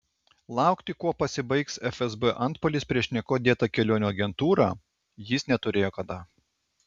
laukti kuo pasibaigs fsb antpuolis prieš niekuo dėtą kelionių agentūrą jis neturėjo kada